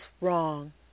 wrong